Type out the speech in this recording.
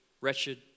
wretched